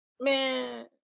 Man